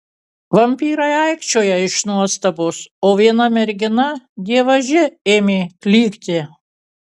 vampyrai aikčiojo iš nuostabos o viena mergina dievaži ėmė klykti